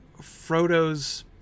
Frodo's